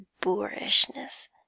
boorishness